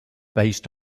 based